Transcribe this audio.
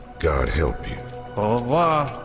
god help you oh